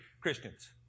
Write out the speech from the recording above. Christians